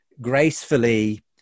gracefully